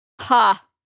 Ha